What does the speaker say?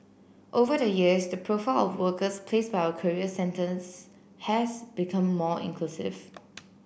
over the years the profile of workers placed by our career centres has become more inclusive